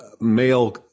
male